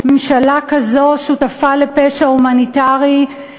ממשלה כזו שותפה לפשע הומניטרי,